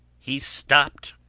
he stopped,